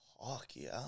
hockey